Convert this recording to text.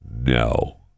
no